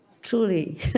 truly